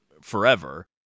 forever